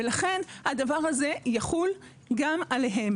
ולכן הדבר הזה יחול גם עליהם.